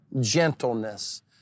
gentleness